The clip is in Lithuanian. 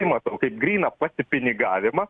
matau kaip gryną pasipinigavimą